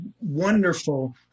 wonderful